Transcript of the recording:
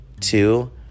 Two